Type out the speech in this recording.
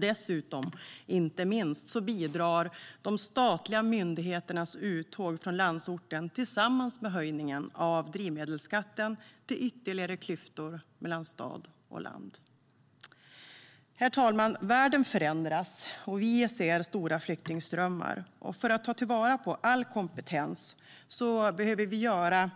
Dessutom bidrar de statliga myndigheternas uttåg från landsorten tillsammans med höjningen av drivmedelsskatten inte minst till ytterligare klyftor mellan stad och land. Herr talman! Världen förändras, och vi ser stora flyktingströmmar. För att ta till vara all kompetens behöver vi